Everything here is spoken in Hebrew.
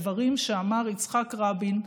הדברים שאמר יצחק רבין,